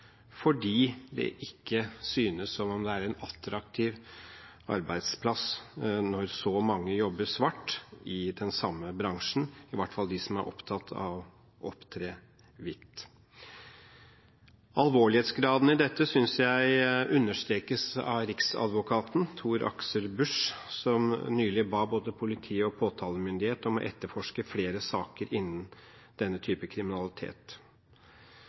fordi det ikke synes å være en attraktiv arbeidsplass når så mange jobber svart i den samme bransjen – i hvert fall ikke for dem som er opptatt av å opptre hvitt. Alvorlighetsgraden i dette synes jeg understrekes av riksadvokaten, Tor-Aksel Busch, som nylig ba både politi og påtalemyndighet om å etterforske flere saker innen denne type kriminalitet.